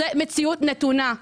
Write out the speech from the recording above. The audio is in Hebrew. זו מציאות נתונה.